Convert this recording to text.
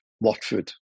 Watford